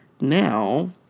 now